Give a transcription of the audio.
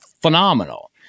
phenomenal